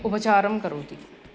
उपचारं करोति